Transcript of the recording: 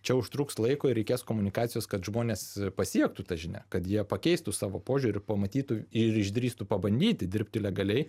čia užtruks laiko ir reikės komunikacijos kad žmones pasiektų ta žinia kad jie pakeistų savo požiūrį pamatytų ir išdrįstų pabandyti dirbti legaliai